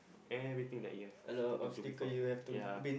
everything that you have to do do before ya